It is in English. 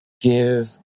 give